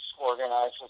organized